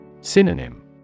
Synonym